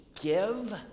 give